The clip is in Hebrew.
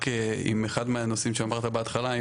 רק עם אחד מהנושאים שאמרת בהתחלה,